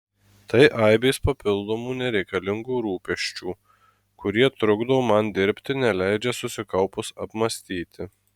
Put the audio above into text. tai aibės papildomų nereikalingų rūpesčių kurie trukdo man dirbti neleidžia susikaupus apmąstyti